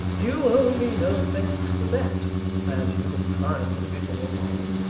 you owe me no thanks for that as you'll find before long